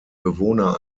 bewohner